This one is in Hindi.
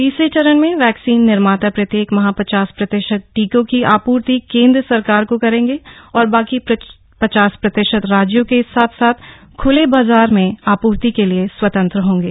तीसरे चरण में वैक्सीन निर्माता प्रत्येक माह पचास प्रतिशत टीकों की आपूर्ति केन्द सरकार को करेंगे और बाकी पचास प्रतिशत राज्यों के साथ साथ खुले बाजार में आपूर्ति के लिए स्वतंत्र होंगे